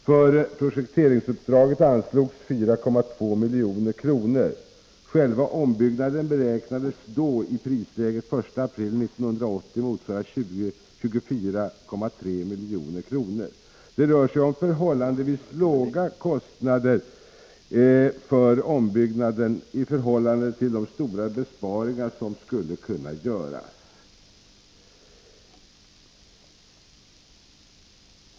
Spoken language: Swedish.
För projekteringsuppdraget anslogs 4,2 milj.kr. Själva ombyggnaden beräknades då, i prisläget den 1 april 1980, motsvara 24,3 milj.kr. Det rör sig alltså om förhållandevis låga kostnader för ombyggnaden i jämförelse med de stora besparingar som skulle kunna göras.